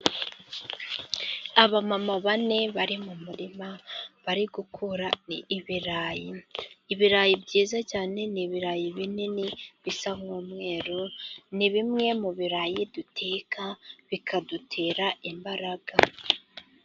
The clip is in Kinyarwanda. Abamama bane bari mu murima bari gukura ibirayi, ibirayi byiza cyane ni ibirayi binini bisa nk'umweru ,ni bimwe mu birarayi duteka bikadutera imbaraga.